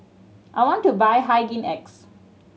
I want to buy Hygin X